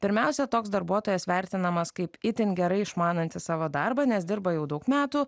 pirmiausia toks darbuotojas vertinamas kaip itin gerai išmanantis savo darbą nes dirba jau daug metų